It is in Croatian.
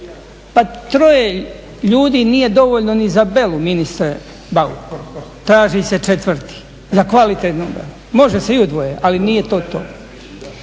Pa troje ljudi nije dovoljno ni za belu ministre Bauk, traži se četvrti za kvalitetnu belu, može se i u dvoje ali nije to to